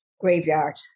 graveyard